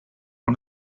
one